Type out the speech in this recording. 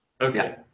Okay